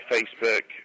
Facebook